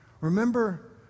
Remember